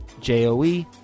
J-O-E